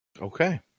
Okay